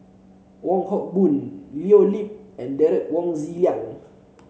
Wong Hock Boon Leo Yip and Derek Wong Zi Liang